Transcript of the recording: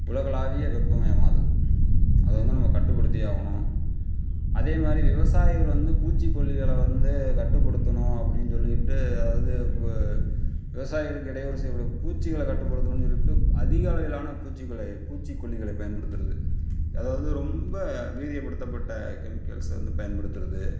உலகளாவிய வெப்பமயமாதல் அது வந்து நம்ம கட்டு படுத்தியே ஆகணும் அது மாதிரி விவசாயிகள் வந்து பூச்சி கொல்லிகளை வந்து கட்டு படுத்தணும் அப்டின்னு சொல்லிட்டு அதாவது இப்போ விவசாயிகளுக்கு இடையூறு செய்ய கூடிய பூச்சிகளை கட்டுப்படுத்தணும் சொல்லிவிட்டு அதிக அளவிலான பூச்சிகளை பூச்சி கொல்லிகளை பயன்படுத்துறது அதாவது ரொம்ப வீரிய படுத்தப்பட்ட கெமிக்கல்ஸ வந்து பயன்படுத்துறது